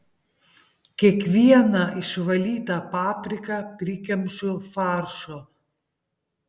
kiekvieną išvalytą papriką prikemšu faršo